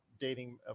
dating